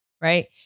right